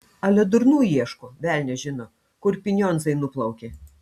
ale durnų ieško velnias žino kur pinionzai nuplaukė